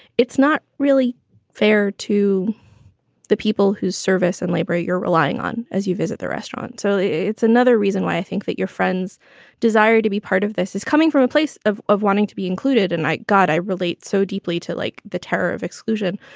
it's not really fair to the people whose service and labor you're relying on as you visit the restaurant. so it's another reason why i think that your friend's desire to be part of this is coming from a place of of wanting to be included. and i god, i relate so deeply to like the terror of exclusion.